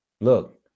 look